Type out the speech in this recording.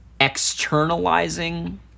externalizing